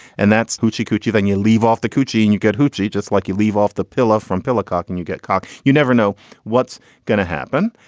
and that's hoochie coochie then you leave off the coochie and you get hoochie just like you leave off the pillow from pillar cock and you get cock. you never know what's going to happen,